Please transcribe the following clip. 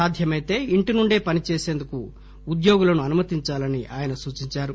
సాధ్యమైతే ఇంటి నుండే పనిచేసేందుకు ఉద్యోగులను అనుమతించాలని ఆయన సూచించారు